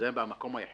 זה המקום היחיד